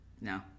No